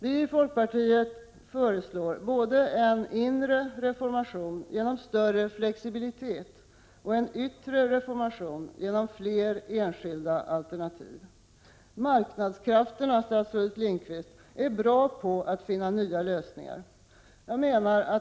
Vi i folkpartiet föreslår både en inre reformation genom större flexibilitet och en yttre reformation genom fler enskilda alternativ. Marknadskrafterna, statsrådet Lindqvist, är bra på att finna nya lösningar.